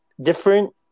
different